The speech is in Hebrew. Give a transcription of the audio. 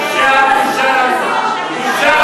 ההצעה להעביר את הצעת חוק הסכמים לנשיאת